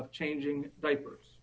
of changing diapers